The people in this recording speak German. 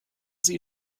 sie